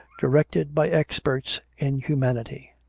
directed by experts in humanity.